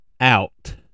out